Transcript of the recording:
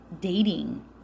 dating